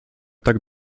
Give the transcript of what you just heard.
tak